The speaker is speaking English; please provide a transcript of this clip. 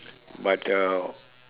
but uh